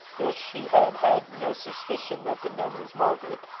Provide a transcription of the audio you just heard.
though she had had no suspicion that the nun was margaret.